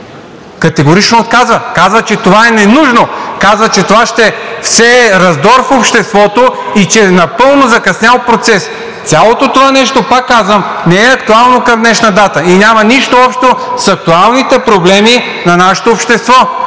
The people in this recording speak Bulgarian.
категорично отказва. Казва, че това е ненужно, казва, че това ще всее раздор в обществото и че е напълно закъснял процес. Цялото това нещо, пак казвам, не е актуално към днешна дата и няма нищо общо с актуалните проблеми на нашето общество